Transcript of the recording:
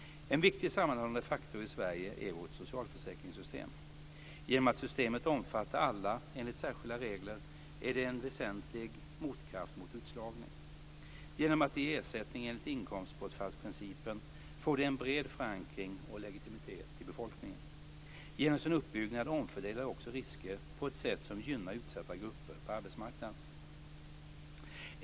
En viktig sammanhållande faktor i Sverige är vårt socialförsäkringssystem. Genom att systemet omfattar alla enligt särskilda regler är det en väsentlig motkraft mot utslagning. Genom att det ger ersättning enligt inkomstbortfallsprincipen får det en bred förankring och legitimitet i befolkningen. Genom sin uppbyggnad omfördelar det också risker på ett sätt som gynnar utsatta grupper på arbetsmarknaden.